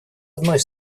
одной